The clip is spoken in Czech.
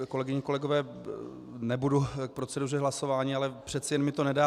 Kolegyně, kolegové, nebudu k proceduře hlasování, ale přece jen mi to nedá.